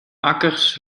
akkers